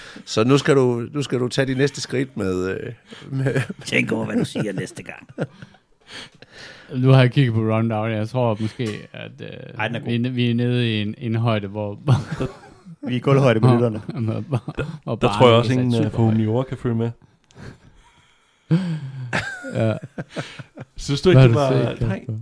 Så nu skal du- nu skal du tage de næste skridt med, øh, med- Tænk over, hvad du siger næste gang. Nu har jeg kigget på rundown. Jeg tror måske, at, øh, Ej, den er god. vi er ne- vi er nede i en- en højde, hvor- Vi er i gulvhøjde med hvor- lytterne. hvor- hvor- hvor Der- der tror jeg barnet også, ikke er sat ingen, super øh, højt. foran Jura kan følge med. Ja. Synes du ikke, Hvad har det du var- set, Kasper? Nej.